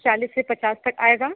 चालीस से पचास तक आएगा